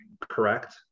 correct